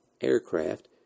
aircraft